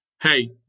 hey